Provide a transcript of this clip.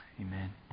Amen